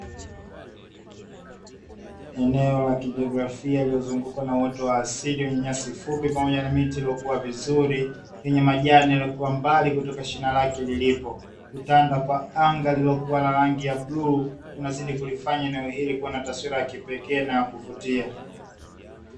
Eneo la kijografia liliozungukwa na uoto wa asili wenye nyasi fupi pamoja na miti iliyokuwa vizuri, yenye majani kwa mbali kutoka shina lake lilipo, kutanda kwa anga lililokuwa na rangi ya bluu kunazidi kulifanya eneo hili kuwa na taswira ya kipekee na kuvutia.